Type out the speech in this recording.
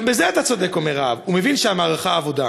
גם בזה אתה צודק, אומר האב, ומבין שהמערכה אבודה.